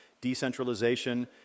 decentralization